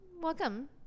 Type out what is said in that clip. welcome